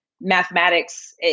mathematics